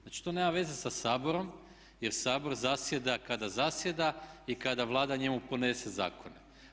Znači, to nema veze sa Saborom, jer Sabor zasjeda kada zasjeda i kada Vlada njemu podnese zakone.